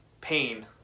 pain